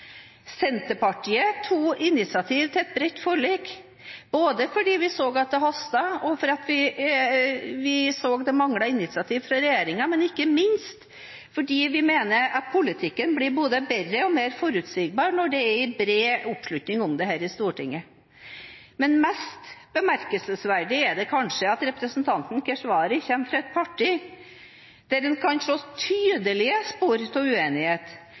Senterpartiet tok initiativ til et bredt forlik, både fordi vi så at det hastet, og fordi vi så at det manglet initiativ fra regjeringen, men ikke minst fordi vi mener at politikken blir både bedre og mer forutsigbar når det er en bred oppslutning om det her i Stortinget. Mest bemerkelsesverdig er det kanskje at representanten Keshvari kommer fra et parti der en kan se tydelige spor av uenighet,